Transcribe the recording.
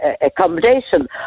accommodation